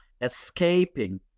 escaping